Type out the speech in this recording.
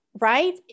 right